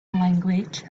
language